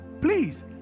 Please